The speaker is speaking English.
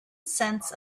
sense